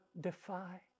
defy